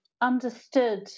understood